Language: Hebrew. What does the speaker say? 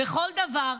בכל דבר.